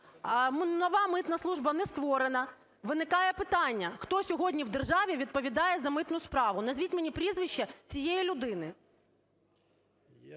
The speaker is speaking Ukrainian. нова митна служба не створена. Виникає питання: хто сьогодні в державі відповідає за митну справу? Назвіть мені прізвище цієї людини.